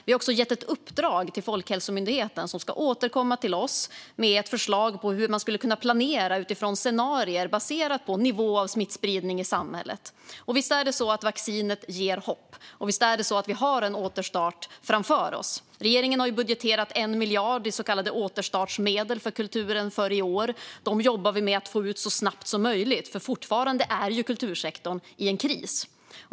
Vi har också gett ett uppdrag till Folkhälsomyndigheten, som ska återkomma till oss med ett förslag på hur man skulle kunna planera utifrån scenarier som baseras på nivå av smittspridning i samhället. Visst är det så att vaccinet ger hopp, och visst är det så att vi har en återstart framför oss. Regeringen har budgeterat 1 miljard i så kallade återstartsmedel för kulturen för i år. Dem jobbar vi med att få ut så snabbt som möjligt, för fortfarande är ju kultursektorn i en kris.